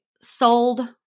sold